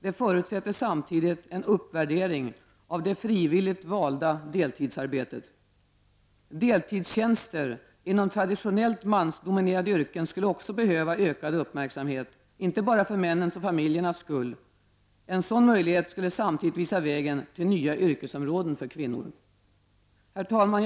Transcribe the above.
Det förutsätter samtidigt en uppvärdering av det frivilligt valda deltidsarbetet. Deltidstjänster inom traditionellt mansdominerade yrken skulle också behöva ökad uppmärksamhet, inte bara för männens och familjernas skull. En sådan möjlighet skulle samtidigt visa vägen till nya yrkesområden för kvinnor. Herr talman!